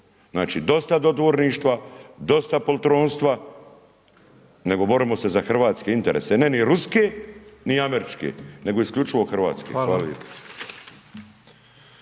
Znači dosta dodvorništva, dosta poltronstva, nego borimo se za hrvatske interese, ne ni ruske, ni američke, nego isključivo Hrvatske, hvala